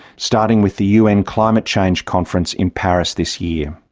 starting with the un climate change conference in paris this year.